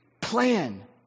plan